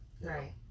right